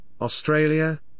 Australia